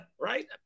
right